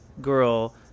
girl